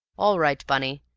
all right, bunny!